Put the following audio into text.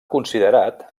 considerat